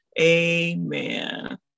amen